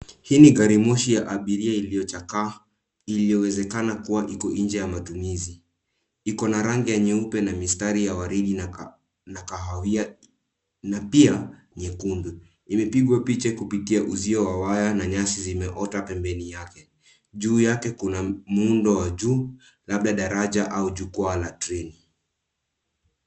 Hii ni gari moshi ya abiria iliyochakaa, iliyowezekana kuwa iko nje ya matumizi. Iko na rangi nyeupe na mistari ya (cs)origi(cs), kahawia, na pia nyekundu. Imepigwa picha kupitia uzio wa waya, na nyasi zimeota pembeni yake. Juu yake kuna muundo wa juu, labda daraja au jukwaa la treni.